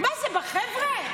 מה זה, זה בחבר'ה?